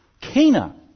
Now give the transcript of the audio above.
Cana